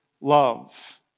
love